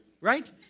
right